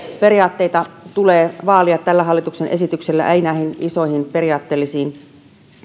periaatteita tulee vaalia tällä hallituksen esityksellä ei näihin isoihin periaatteellisiin